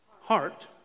heart